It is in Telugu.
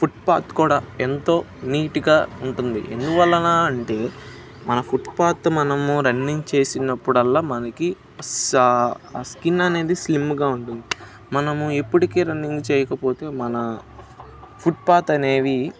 ఫుట్పాథ్ కూడా ఎంతో నీట్గా ఉంటుంది ఎందువలన అంటే మన ఫుట్పాథ్ మనము రన్నింగ్ చేసినప్పుడల్లా మనకి సా ఆ స్కిన్ ఫుట్పాథ్ అనేవి స్లిమ్గా ఉంటుంది మనము ఎప్పటికీ రన్నింగ్ చెయ్యకపోతే మన అనేవి